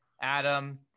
Adam